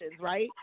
right